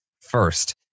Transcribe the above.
first